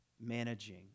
managing